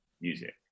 music